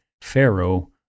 Pharaoh